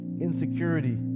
insecurity